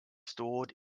stored